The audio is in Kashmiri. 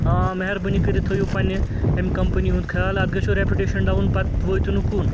آ مہربٲنی کٔرِتھ تھٲیِو پنٛنہِ اَمہِ کَمپٔنی ہُنٛد خیال اَتھ گژھیو رٮ۪پُٹیشَن ڈاوُن پتہٕ وٲتِو نہٕ کُن